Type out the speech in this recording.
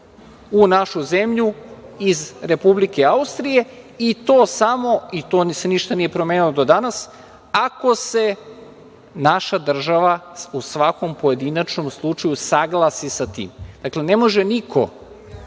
u našu zemlju iz republike Austrije i tu se ništa do danas nije promenilo, ako se naša država u svakom pojedinačnom slučaju usaglasi sa tim. Dakle, ne može niko